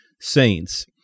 saints